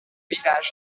village